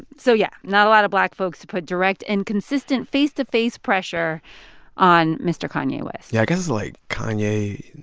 so, yeah, not a lot of black folks to put direct and consistent face-to-face pressure on mr. kanye west yeah. i guess it's like kanye,